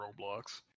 Roblox